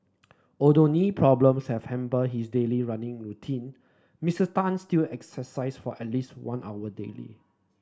although knee problems have hampered his daily running routine Mister Tan still exercise for at least one hour daily